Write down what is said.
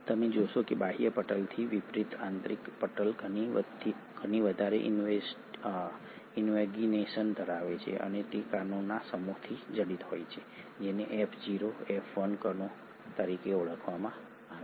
તમે જોશો કે બાહ્ય પટલથી વિપરીત આંતરિક પટલ ઘણી વધારે ઇન્વેગિનેશન ધરાવે છે અને તે કણોના સમૂહથી જડિત હોય છે જેને F0 F1 કણો તરીકે ઓળખવામાં આવે છે